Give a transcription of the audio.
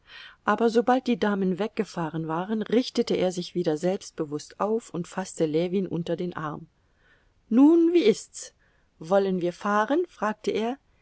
aber sobald die damen weggefahren waren richtete er sich wieder selbstbewußt auf und faßte ljewin unter den arm nun wie ist's wollen wir fahren fragte er